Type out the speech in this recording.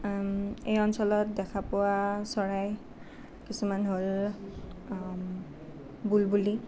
এই অঞ্চলত দেখা পোৱা চৰাই কিছুমান হ'ল বুলবুলি